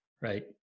right